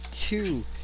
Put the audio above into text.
two